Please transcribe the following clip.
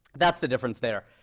that's the difference there.